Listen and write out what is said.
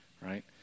right